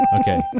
Okay